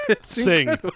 sing